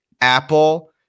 Apple